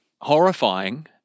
horrifying